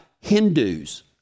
Hindus